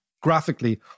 graphically